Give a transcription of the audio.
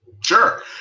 Sure